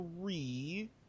three